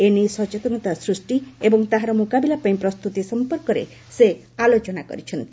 ଏନେଇ ସଚେତନତା ସୃଷ୍ଟି ଏବଂ ତାହାର ମୁକାବିଲା ପାଇଁ ପ୍ରସ୍ତୁତି ସମ୍ପର୍କରେ ସେ ଆଲୋଚନା କରିଛନ୍ତି